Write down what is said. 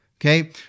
Okay